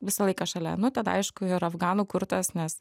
visą laiką šalia nu tada aišku ir afganų kurtas nes